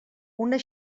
una